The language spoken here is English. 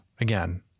Again